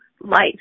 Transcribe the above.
life